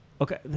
Okay